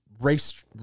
race